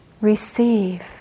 receive